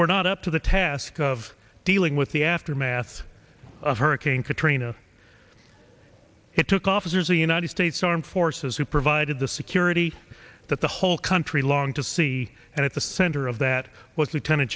were not up to the task of dealing with the aftermath of hurricane katrina it took officers the united states armed forces who provided the security that the whole country long to see and at the center of that